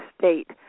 state